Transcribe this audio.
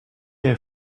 jij